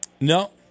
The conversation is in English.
No